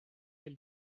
can